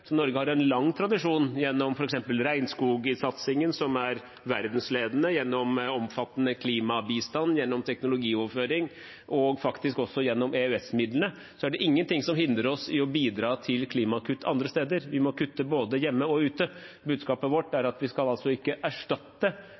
Norge har en lang tradisjon gjennom f.eks. regnskogsatsingen, som er verdensledende, gjennom omfattende klimabistand, gjennom teknologioverføring, og faktisk også gjennom EØS-midlene, så det er ingenting som hindrer oss i å bidra til klimakutt andre steder. Vi må kutte både hjemme og ute. Budskapet vårt er at vi ikke skal